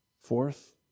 Fourth